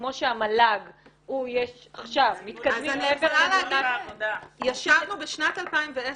כמו שהמל"ג הוא -- אז אני יכולה להגיד שישבנו בשנת 2010,